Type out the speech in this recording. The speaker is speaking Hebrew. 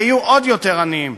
ויהיו עוד יותר עניים.